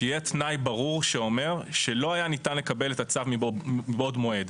שיהיה תנאי ברור שאומר שלא היה ניתן לקבל את הצו מבעוד מועד,